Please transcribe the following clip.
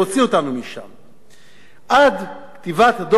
עד כתיבת הדוח הזה עולם המשפט הישראלי, ברובו,